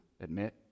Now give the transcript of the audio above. admit